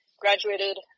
graduated